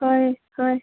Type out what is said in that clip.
ꯍꯣꯏ ꯍꯣꯏ